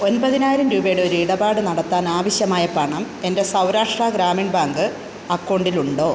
ഒൻപതിനായിരം രൂപയുടെ ഒരു ഇടപാട് നടത്താൻ ആവശ്യമായ പണം എൻ്റെ സൗരാഷ്ട്ര ഗ്രാമീൺ ബാങ്ക് അക്കൗണ്ടിലുണ്ടോ